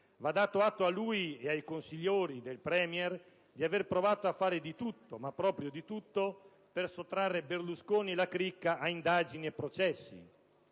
Va dato atto a lui e ai "consigliori" del Premier di aver provato a fare di tutto, ma proprio di tutto, per sottrarre Berlusconi e la cricca a indagini e processi.